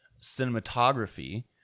cinematography